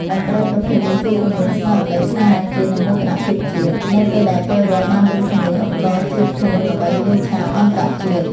តន្ត្រីប្រភេទនេះជួយពង្រឹងស្មារតីស្នេហាជាតិ និងមោទនភាពជាតិ នៅពេលដែលពលរដ្ឋបានឮសំឡេងឧបករណ៍ជាតិខ្លួនល្បីលើឆាកអន្តរជាតិ។